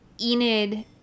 Enid